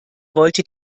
wollte